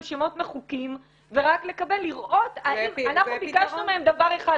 שמות מחוקים ורק לראות האם --- אנחנו ביקשנו מהם דבר אחד,